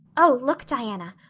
oh, look, diana,